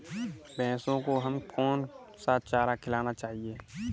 भैंसों को हमें कौन सा चारा खिलाना चाहिए?